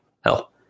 Hell